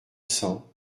cents